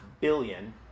billion